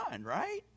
right